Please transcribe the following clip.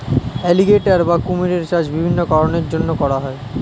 alligator বা কুমিরের চাষ বিভিন্ন কারণের জন্যে করা হয়